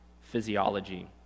physiology